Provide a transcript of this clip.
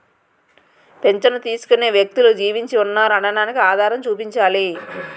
పింఛను తీసుకునే వ్యక్తులు జీవించి ఉన్నారు అనడానికి ఆధారం చూపించాలి